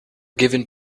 given